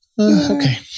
Okay